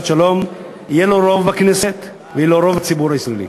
שלום יהיה לו רוב בכנסת ויהיה לו רוב בציבור הישראלי.